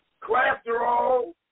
cholesterol